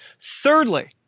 Thirdly